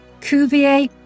Cuvier